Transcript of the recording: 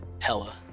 hella